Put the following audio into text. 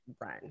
run